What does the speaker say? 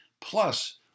plus